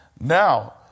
Now